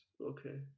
Okay